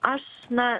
aš na